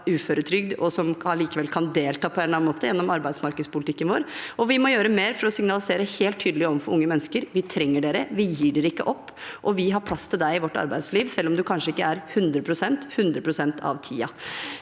som er på uføretrygd og allikevel kan delta på en eller annen måte, gjennom arbeidsmarkedspolitikken vår. Vi må gjøre mer for å signalisere helt tydelig overfor unge mennesker at vi trenger dem, vi gir dem ikke opp, og vi har plass til dem i vårt arbeidsliv, selv om de kanskje ikke er hundre prosent, hundre